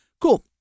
Cool